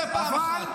זה פעם אחת.